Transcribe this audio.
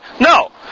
No